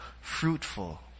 fruitful